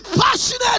passionate